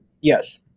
Yes